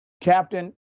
Captain